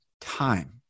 time